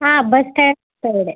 ಹಾಂ bus stand ಕೆಳಗಡೆ